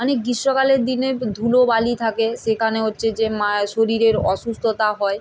মানে গ্রীষ্মকালের দিনে ধুলোবালি থাকে সেখানে হচ্ছে যে শরীরের অসুস্থতা হয়